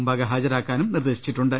മുമ്പാകെ ഹാജരാക്കാനും നിർദ്ദേശിച്ചിട്ടുണ്ട്